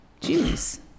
jews